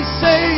say